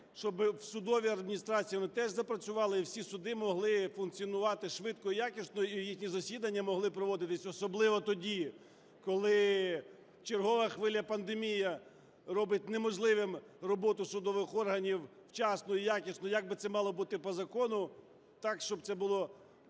щоб в судовій адміністрації вони теж запрацювали і всі суди могли функціонувати швидко і якісно, і їхні засідання могли проводитися, особливо тоді, коли чергова хвиля пандемії робить неможливим роботу судових органів вчасно і якісно, як би це мало бути по закону, так, щоб це було